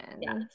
yes